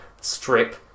strip